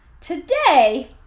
today